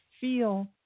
feel